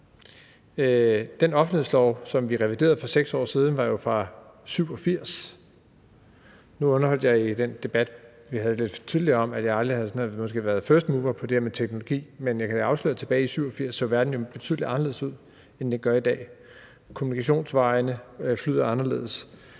Den offentlighedslov, som vi reviderede for 6 år siden, var jo fra 1987. Nu underholdt jeg i den debat, vi havde tidligere, med, at jeg aldrig havde været firstmover, når det drejer sig om teknologi, men jeg kan da afsløre, at tilbage i 1987 så verden betydelig anderledes ud, end den gør i dag. Kommunikationsvejene flyder anderledes,